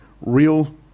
real